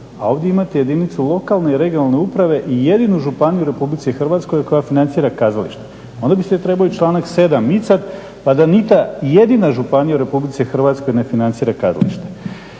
a ovdje imate jedinicu lokalne i regionalne uprave i jedinu županiju u RH koja financira kazalište. Onda biste trebali članak 7. micati pa da ni ta, jedina županija u RH ne financira kazalište.